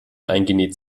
eingenäht